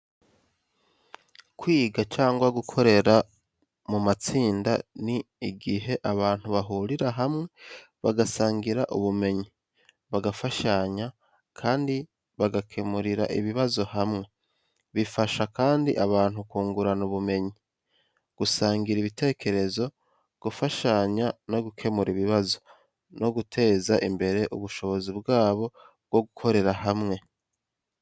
Kwiga cyangwa gukorera mu matsinda ni igihe abantu bahurira hamwe bagasangira ubumenyi, bagafashanya, kandi bagakemurira ibibazo hamwe, bifasha kandi abantu kungurana ubumenyi, gusangira ibitekerezo, gufashanya mu gukemura ibibazo, no guteza imbere ubushobozi bwabo bwo gukorera hamwe.